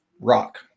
rock